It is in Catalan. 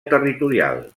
territorial